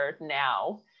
now